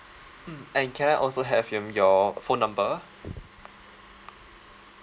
mm and can I also have um your phone number